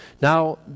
Now